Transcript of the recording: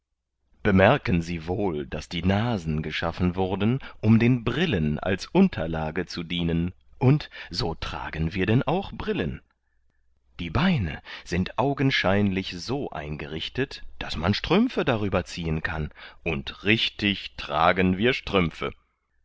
bemerken sie wohl daß die nasen geschaffen wurden um den brillen als unterlage zu dienen und so tragen wir denn auch brillen die beine sind augenscheinlich so eingerichtet daß man strümpfe darüber ziehen kann und richtig tragen wir strümpfe